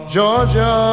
Georgia